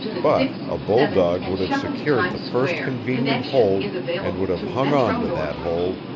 but a bulldog would have secured the first convenient hold and would have hung on to that hold,